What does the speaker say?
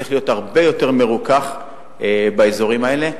צריך להיות הרבה יותר מרוכך באזורים האלה.